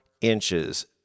inches